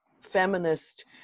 feminist